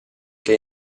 che